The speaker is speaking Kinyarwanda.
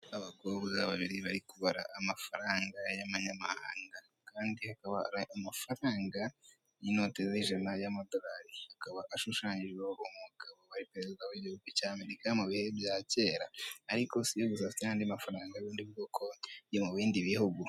Abakobwa babiri bari kubara amafaranga y'amanyamahanga, kandi akaba ari amafaranga y'inote z'ijana y'amadolari, akaba ashushanyijeho umugabo wari perezida w'Igihugu cy'Amerika mu bihe bya kera, ariko si yo gusa afite n'andi mafaranga y'ubundi bwoko yo mu bindi bihugu.